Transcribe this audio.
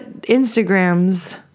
instagrams